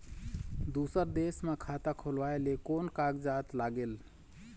दूसर देश मा खाता खोलवाए ले कोन कागजात लागेल?